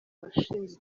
washinze